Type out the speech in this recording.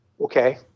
okay